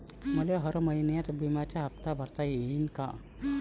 मले हर महिन्याले बिम्याचा हप्ता भरता येईन का?